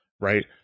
right